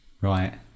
Right